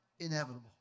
inevitable